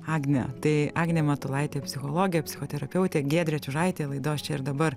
agne tai agnė matulaitė psichologė psichoterapeutė giedrė čiužaitė laidos čia ir dabar